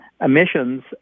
emissions